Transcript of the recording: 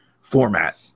format